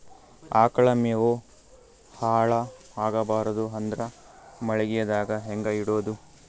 ಆಕಳ ಮೆವೊ ಹಾಳ ಆಗಬಾರದು ಅಂದ್ರ ಮಳಿಗೆದಾಗ ಹೆಂಗ ಇಡೊದೊ?